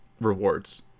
rewards